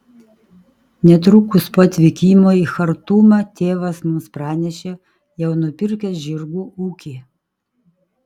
netrukus po atvykimo į chartumą tėvas mums pranešė jau nupirkęs žirgų ūkį